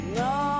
no